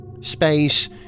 Space